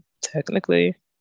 Technically